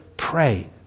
Pray